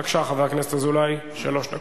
בבקשה, חבר הכנסת אזולאי, שלוש דקות.